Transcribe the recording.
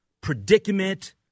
predicament